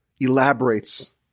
elaborates